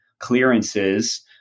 Clearances